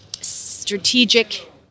strategic